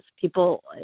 People